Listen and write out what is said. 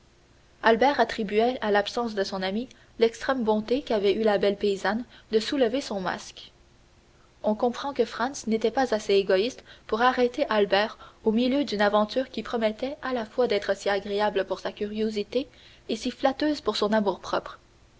albert attribuait à l'absence de son ami l'extrême bonté qu'avait eue la belle paysanne de soulever son masque on comprend que franz n'était pas assez égoïste pour arrêter albert au milieu d'une aventure qui promettait à la fois d'être si agréable pour sa curiosité et si flatteuse pour son amour-propre